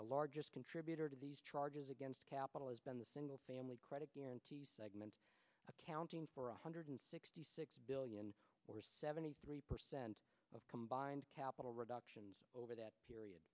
the largest contributor to these charges against capital has been the single family credit guarantee segment accounting for one hundred sixty six billion dollars seventy three percent of combined capital reductions over that period